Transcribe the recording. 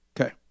Okay